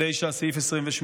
1949, סעיף 28: